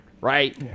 right